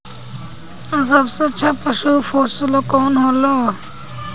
सबसे अच्छा पशु पोसेला कौन होला?